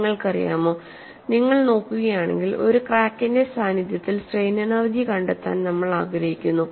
നിങ്ങൾക്കറിയാമോ നിങ്ങൾ നോക്കുകയാണെങ്കിൽ ഒരു ക്രാക്കിന്റെ സാന്നിധ്യത്തിൽ സ്ട്രെയിൻ എനെർജി കണ്ടെത്താൻ നമ്മൾ ആഗ്രഹിക്കുന്നു